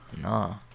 No